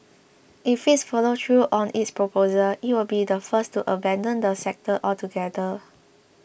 if it follows through on its proposal it would be the first to abandon the sector altogether